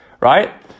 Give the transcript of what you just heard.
right